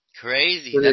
Crazy